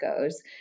goes